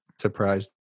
surprised